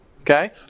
okay